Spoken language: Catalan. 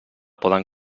poden